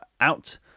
out